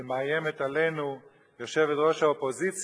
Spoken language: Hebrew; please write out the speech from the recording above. שמאיימת עלינו יושבת-ראש האופוזיציה,